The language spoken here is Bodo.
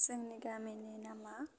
जोंनि गामिनि नामा